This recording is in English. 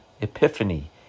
Epiphany